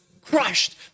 crushed